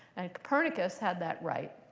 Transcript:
and copernicus had that right.